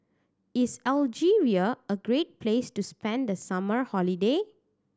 is Algeria a great place to spend the summer holiday